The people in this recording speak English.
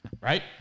right